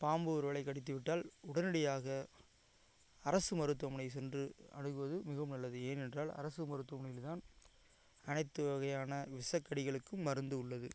பாம்பு ஒருவேளை கடித்து விட்டால் உடனடியாக அரசு மருத்துவமனை சென்று அணுகுவது மிகவும் நல்லது ஏனென்றால் அரசு மருத்துவமனையில் தான் அனைத்து வகையான விஷக் கடிகளுக்கும் மருந்து உள்ளது